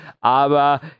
Aber